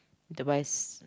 need to buy s~